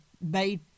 made